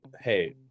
Hey